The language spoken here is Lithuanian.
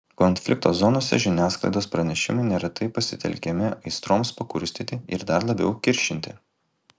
konflikto zonose žiniasklaidos pranešimai neretai pasitelkiami aistroms pakurstyti ir dar labiau kiršinti